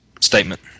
statement